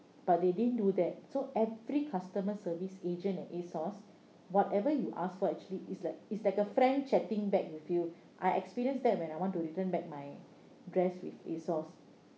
but they didn't do that so every customer service agent at a source whatever you ask for actually it's like it's like a friend chatting back with you I experienced that when I want to return back my dress with a source